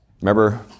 Remember